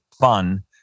fun